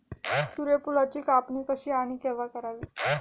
सूर्यफुलाची कापणी कशी आणि केव्हा करावी?